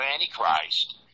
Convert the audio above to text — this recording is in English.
antichrist